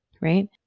right